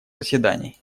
заседаний